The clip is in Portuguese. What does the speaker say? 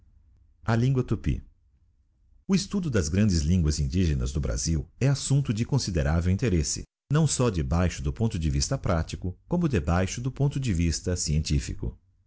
a língua tupy o estudo das grandes línguas indigenas do brasil é assumpto de considerável interesse nâo só debaixo do ponto de vista pratico como debaixo do ponto de vista scientifico